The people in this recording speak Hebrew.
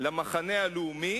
למחנה הלאומי